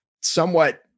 somewhat